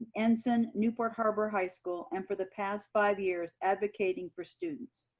ensign, newport harbor high school, and for the past five years, advocating for students.